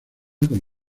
como